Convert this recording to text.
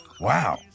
Wow